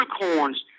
unicorns